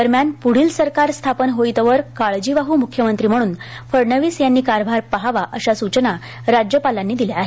दरम्यान पुढील सरकार स्थापन होईतोवर काळजीवाह्र मुख्यमंत्री म्हणून फडणवीस यांनी कारभार पहावा अशा सूचना राज्यपालांनी दिल्या आहेत